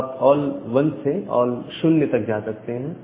तो आप all 1s से ऑल 0s तक जा सकते हैं